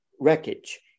wreckage